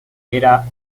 era